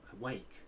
awake